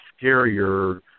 scarier